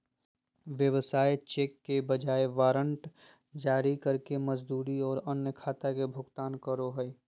व्यवसाय चेक के बजाय वारंट जारी करके मजदूरी और अन्य खाता के भुगतान करो हइ